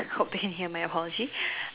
hope you can hear my apology